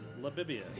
Labibia